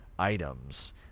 items